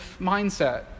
mindset